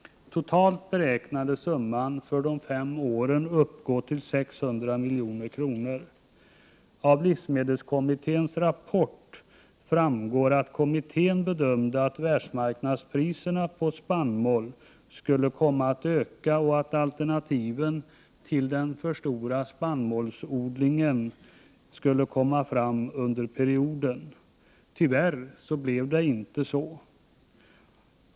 Totalt beräknades summan för de fem åren uppgå till 600 milj.kr. Av livsmedelskommitténs rapport framgår att kommittén bedömde att världsmarknadspriserna på spannmål skulle komma att öka och att alternativ till den för stora spannmålsodlingen skulle komma fram under perioden. Tyvärr blev det inte så.